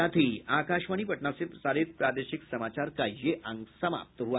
इसके साथ ही आकाशवाणी पटना से प्रसारित प्रादेशिक समाचार का ये अंक समाप्त हुआ